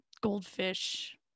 goldfish